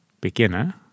Beginner